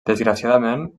desgraciadament